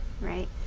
right